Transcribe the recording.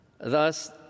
Thus